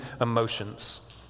emotions